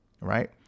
right